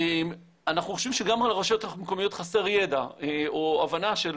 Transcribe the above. אנחנו חושבים שגם לרשויות המקומיות חסר ידע או הבנה של